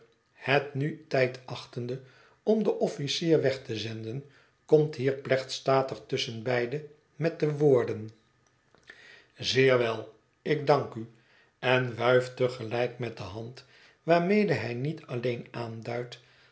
het nu tijd achtende om den officier weg te zenden komt hier plechtstatig tusschenbeide met de woorden zeer wel ik dank u en wuift te gelijk met de hand waarmede hij niet alleen aanduidt